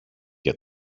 για